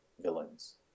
villains